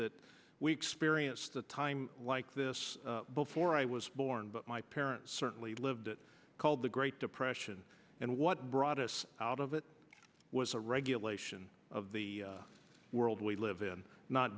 that we experienced a time like this before i was born but my parents certainly lived it called the great depression and what brought us out of it was a regulation of the world we live in not